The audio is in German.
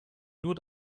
nur